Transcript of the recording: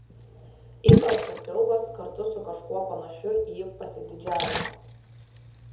įprastas siaubas kartu su kažkuo panašiu į pasididžiavimą